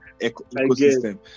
ecosystem